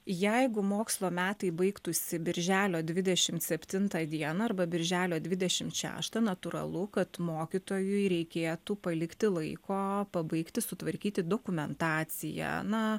jeigu mokslo metai baigtųsi birželio dvidešimt septintą dieną arba birželio dvidešimt šeštą natūralu kad mokytojui reikėtų palikti laiko pabaigti sutvarkyti dokumentaciją na